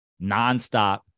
nonstop